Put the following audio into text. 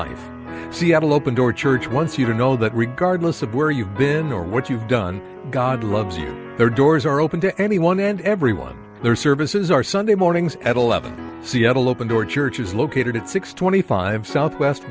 life seattle open door church once you know that regardless of where you've been or what you've done god loves their doors are open to anyone and everyone their services are sunday mornings at eleven seattle open door church is located at six twenty five south west